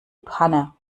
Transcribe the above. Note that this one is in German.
panne